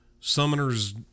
summoner's